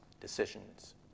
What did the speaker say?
decisions